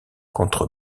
contre